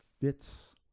fits